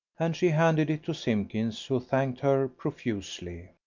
and she handed it to simpkins who thanked her profusely.